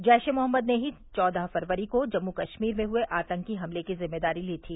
जैश ए मोहम्मद ने ही चौदह फ़रवरी को जम्मू कश्मीर में हुए आतंकी हमले की ज़िम्मेदारी ली थी